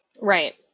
right